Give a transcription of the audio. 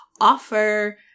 offer